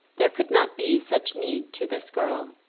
there could not be such need to this girl,